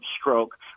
stroke